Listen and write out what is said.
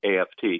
AFT